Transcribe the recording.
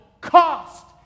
cost